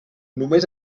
només